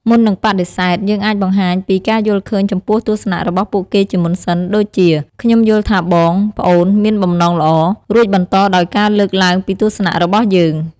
មុននឹងបដិសេធ យើងអាចបង្ហាញការយល់ឃើញចំពោះទស្សនៈរបស់ពួកគេជាមុនសិន ដូចជា "ខ្ញុំយល់ថាបង/ប្អូនមានបំណងល្អ" រួចបន្តដោយការលើកឡើងពីទស្សនៈរបស់យើង។